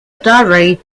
diary